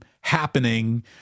happening